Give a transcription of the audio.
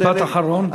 משפט אחרון.